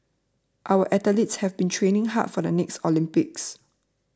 our athletes have been training hard for the next Olympics